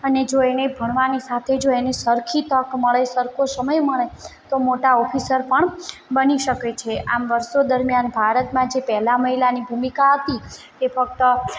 અને જો એને ભણવાની સાથે એને સરખી તક મળે સરખો સમય મળે તો મોટા ઓફિસર પણ બની શકે છે આમ વર્ષો દરમિયાન ભારતમાં જે પહેલા મહિલાની ભૂમિકા હતી કે ફક્ત